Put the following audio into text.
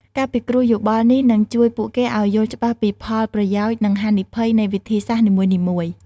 ការពិគ្រោះយោបល់នេះនឹងជួយពួកគេឲ្យយល់ច្បាស់ពីផលប្រយោជន៍ និងហានិភ័យនៃវិធីសាស្ត្រនីមួយៗ។